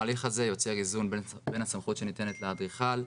ההליך הזה יוצר איזון בין הסמכות שניתנת לאדריכל,